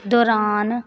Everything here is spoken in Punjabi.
ਦੌਰਾਨ